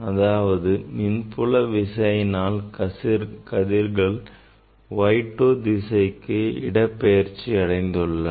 அதாவது மின்புல விசையினால் கதிர்கள் Y2 தொலைவிற்கு இடப்பெயர்ச்சி அடைந்துள்ளன